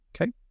Okay